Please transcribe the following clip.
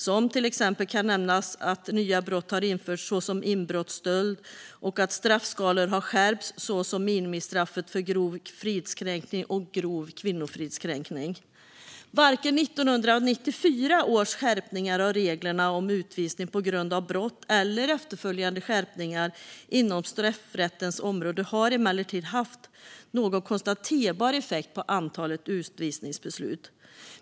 Som exempel kan nämnas att nya brott har införts, såsom inbrottsstöld, och att straffskalor har skärpts, såsom minimistraffet för grov fridskränkning och grov kvinnofridskränkning. Varken 1994 års skärpningar av reglerna om utvisning på grund av brott eller efterföljande skärpningar inom straffrättens område har emellertid haft någon konstaterbar effekt på antalet utvisningsbeslut.